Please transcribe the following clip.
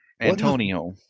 antonio